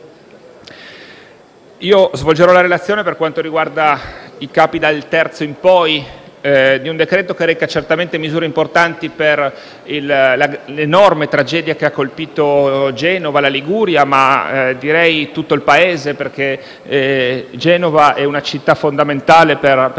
Svolgerò la relazione per quanto riguarda i capi dal III in poi di un decreto-legge che reca misure importanti per l’enorme tragedia che ha colpito Genova e la Liguria, ma anche per tutto il Paese, perché Genova è una città fondamentale per il